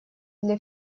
для